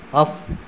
off